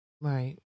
right